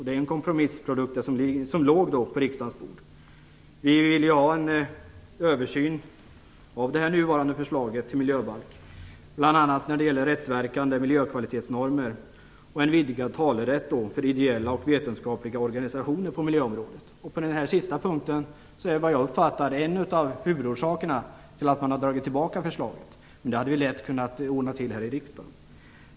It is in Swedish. Det som låg på riksdagens bord var en kompromissprodukt. Vi vill ha en översyn av det nuvarande förslaget till miljöbalk, bl.a. när det gäller rättsverkande miljökvalitetsnormer och en vidgad talerätt för ideella och vetenskapliga organisationer på miljöområdet. Jag uppfattar att den här sista punkten är en av huvudorsakerna till att man har dragit tillbaka förslaget. Men det hade vi lätt kunna ordna till här i riksdagen.